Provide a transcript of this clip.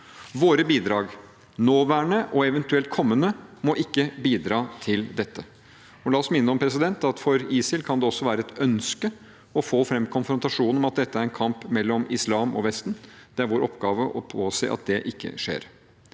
Våre bidrag, nåværende og eventuelt kommende, må ikke bidra til dette. La oss minne om at for ISIL kan det også være et ønske å få fram konfrontasjon om at dette er en kamp mellom islam og vesten. Det er vår oppgave å påse at det ikke skjer.